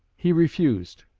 he refused,